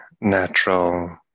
natural